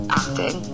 acting